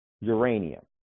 uranium